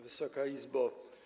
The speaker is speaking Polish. Wysoka Izbo!